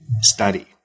study